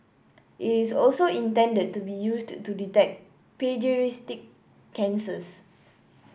it's also intended to be used to detect paediatric cancers